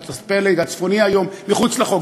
את הפלג הצפוני היום מחוץ לחוק,